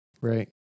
right